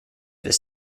his